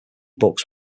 books